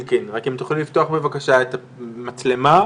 תוכלי לפתוח בבקשה את המצלמה.